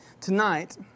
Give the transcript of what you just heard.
Tonight